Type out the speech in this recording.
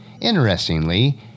Interestingly